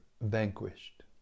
vanquished